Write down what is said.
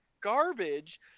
garbage